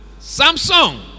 Samsung